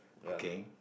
okay